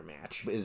match